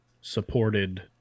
supported